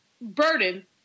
burden